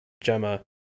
gemma